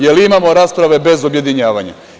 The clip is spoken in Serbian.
Jel imamo rasprave bez objedinjavanja?